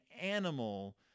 animal